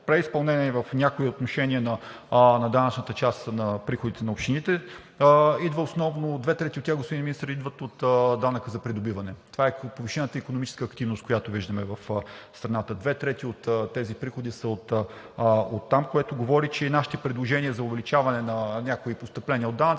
преизпълнение в някои отношения на данъчната част на приходите на общините, основно две трети от тях, господин Министър, идват от данъка за придобиване. Това е повишената икономическа активност, която виждаме в страната. Две трети от тези приходи са оттам, което говори, че и нашите предложения за увеличаване на някои постъпления от данъци са